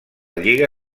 lliga